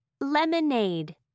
Lemonade